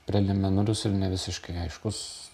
preliminarus ir nevisiškai aiškus